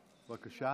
בבקשה,